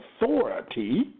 authority